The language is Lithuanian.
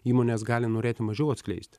įmonės gali norėti mažiau atskleist